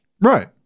Right